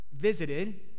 visited